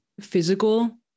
physical